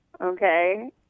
okay